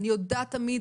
אני יודעת תמיד